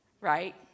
right